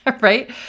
Right